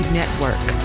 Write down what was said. network